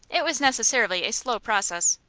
it was necessarily a slow process,